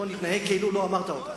בוא נתנהג כאילו לא אמרת אותה.